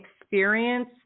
experience